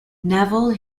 neville